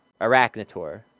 Arachnator